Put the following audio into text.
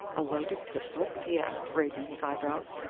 a loaded pistol? he asked, raising his eyebrows,